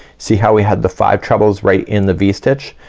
see how we had the five trebles right in the v-stitch?